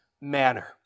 manner